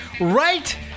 right